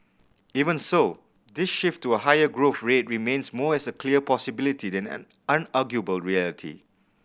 even so this shift to a higher growth rate remains more as a clear possibility than an unarguable reality